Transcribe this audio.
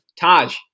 Taj